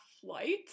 flight